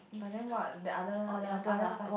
but then what the other your other part